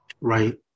right